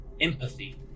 Empathy